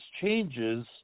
changes